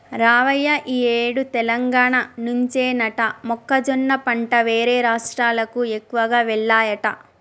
రావయ్య ఈ ఏడు తెలంగాణ నుంచేనట మొక్కజొన్న పంట వేరే రాష్ట్రాలకు ఎక్కువగా వెల్లాయట